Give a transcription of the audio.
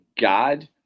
God